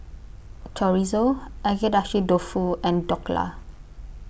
Chorizo Agedashi Dofu and Dhokla